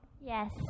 Yes